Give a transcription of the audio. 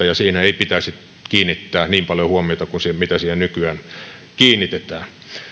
ja siihen ei pitäisi kiinnittää niin paljon huomiota kuin siihen nykyään kiinnitetään